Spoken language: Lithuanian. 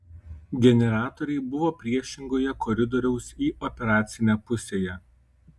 generatoriai buvo priešingoje koridoriaus į operacinę pusėje